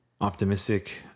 optimistic